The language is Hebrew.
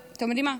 אתם יודעים מה?